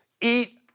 Eat